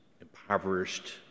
impoverished